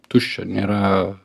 tuščia nėra